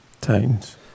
Titans